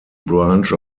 branch